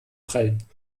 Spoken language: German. prellen